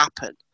happen